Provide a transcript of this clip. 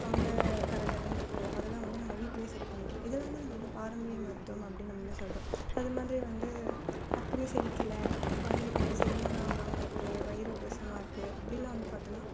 தொண்டை கரகரனு இருக்குது அதெல்லாம் வந்து நம்ம வீட்டிலே சரி பண்ணிக்கலாம் இதெல்லாந்தான் நம்ம வந்து பாரம்பரிய மருத்துவம் அப்படினு நம்ம வந்து சொல்கிறோம் அது மாதிரி வந்து டக்குனு செரிக்கலை குழந்தைக்கு வந்து செரிமானம் ஆகாமல் இருக்குது வயிறு உப்பசமா இருக்குது அப்படில்லாம் வந்து பார்த்தோன்னா